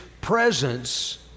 presence